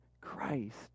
Christ